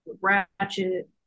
ratchet